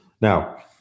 Now